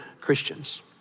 Christians